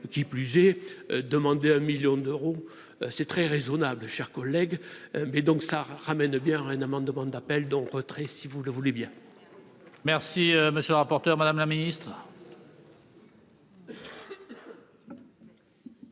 qui plus est demandé un 1000000 d'euros, c'est très raisonnable chère collègue et donc ça ramène bien un amendement d'appel dont retrait si vous le voulez bien. Merci, monsieur le rapporteur, Madame la Ministre.